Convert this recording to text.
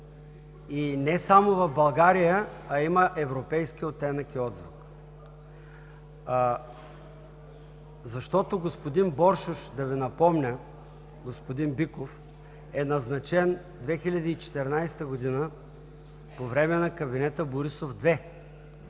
и не само в България, а има европейски оттенък и отзвук. Защото господин Боршош, да Ви напомня, господин Биков, е назначен през 2014 г. – по време на кабинета Борисов 2,